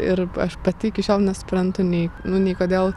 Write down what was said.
ir aš pati iki šiol nesuprantu nei nu nei kodėl